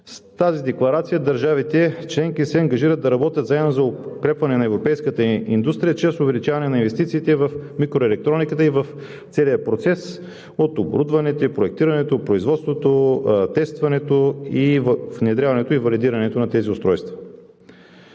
С тази декларация държавите членки се ангажират да работят заедно за укрепване на европейската индустрия чрез увеличаване на инвестициите в микроелектрониката и в целия процес – от оборудването, проектирането, производството, тестването, внедряването и валидирането на тези устройства.